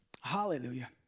Hallelujah